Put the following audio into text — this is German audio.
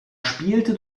spielte